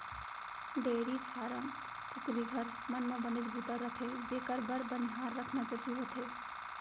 dairy farm, कुकरी घर, मन म बनेच बूता रथे जेकर बर बनिहार रखना जरूरी होथे